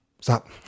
stop